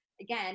Again